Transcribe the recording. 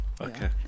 Okay